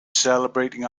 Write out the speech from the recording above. celebrating